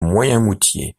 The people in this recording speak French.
moyenmoutier